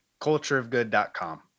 Cultureofgood.com